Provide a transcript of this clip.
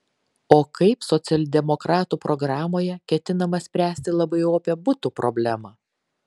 o kaip socialdemokratų programoje ketinama spręsti labai opią butų problemą